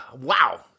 Wow